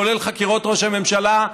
כולל חקירות ראש הממשלה,